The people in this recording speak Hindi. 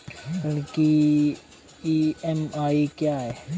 ऋण की ई.एम.आई क्या है?